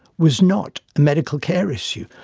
was not a medical care issue.